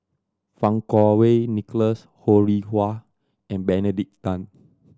Fang Kuo Wei Nicholas Ho Rih Hwa and Benedict Tan